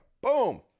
Boom